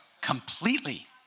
completely